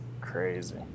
crazy